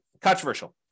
controversial